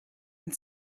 and